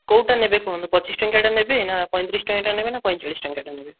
କେଉଁଟା ନେବେ କୁହନ୍ତୁ ପଚିଶ ଟଙ୍କିଆଟା ନେବେ ନା ପଇଁତିରିଶ ଟଙ୍କିଆଟା ନେବେ ନା ପଇଁଚାଳିଶ ଟଙ୍କିଆଟା ନେବେ